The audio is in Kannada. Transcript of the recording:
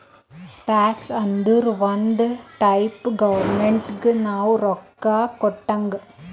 ಟ್ಯಾಕ್ಸ್ ಅಂದುರ್ ಒಂದ್ ಟೈಪ್ ಗೌರ್ಮೆಂಟ್ ನಾವು ರೊಕ್ಕಾ ಕೊಟ್ಟಂಗ್